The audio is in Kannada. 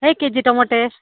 ಹೇಗೆ ಕೆ ಜಿ ಟೊಮೋಟೆ